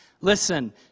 Listen